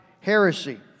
heresy